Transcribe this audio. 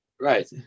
right